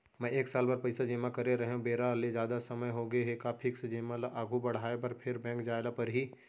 मैं एक साल बर पइसा जेमा करे रहेंव, बेरा ले जादा समय होगे हे का फिक्स जेमा ल आगू बढ़ाये बर फेर बैंक जाय ल परहि?